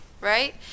right